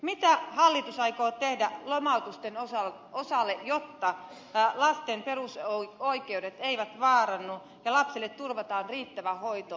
mitä hallitus aikoo tehdä lomautusten osalta jotta lasten perusoikeudet eivät vaarannu ja lapsille turvataan riittävä hoito ja perusturva